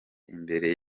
imbere